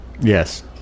Yes